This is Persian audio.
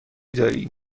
داری